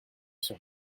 sur